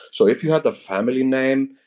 so if you had a family name,